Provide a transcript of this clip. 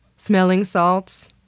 smelling salts.